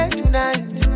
tonight